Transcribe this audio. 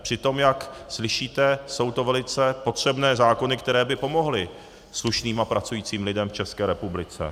Přitom, jak slyšíte, jsou to velice potřebné zákony, které by pomohly slušným a pracujícím lidem v České republice.